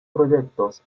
proyectos